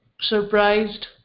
surprised